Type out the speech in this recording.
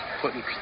Putting